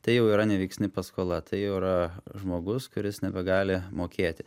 tai jau yra neveiksni paskola tai jau yra žmogus kuris nebegali mokėti